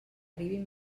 arribin